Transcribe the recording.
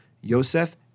Yosef